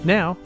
Now